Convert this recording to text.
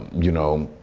you know.